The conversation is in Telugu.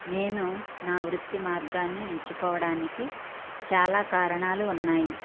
నేను నా వృత్తి మార్గాన్ని ఎంచుకోవడానికి చాలా కారణాలు ఉన్నాయి